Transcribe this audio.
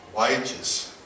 wages